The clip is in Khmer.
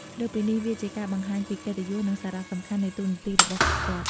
លើសពីនេះ វាជាការបង្ហាញពីកិត្តិយស និងសារៈសំខាន់នៃតួនាទីរបស់ពួកគាត់។